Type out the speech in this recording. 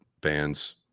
bands